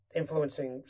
influencing